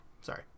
Sorry